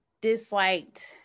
disliked